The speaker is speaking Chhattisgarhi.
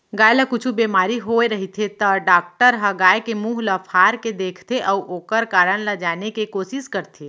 गाय ल कुछु बेमारी होय रहिथे त डॉक्टर ह गाय के मुंह ल फार के देखथें अउ ओकर कारन ल जाने के कोसिस करथे